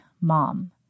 mom